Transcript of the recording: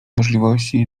możliwości